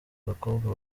bakobwa